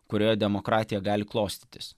kurioje demokratija gali klostytis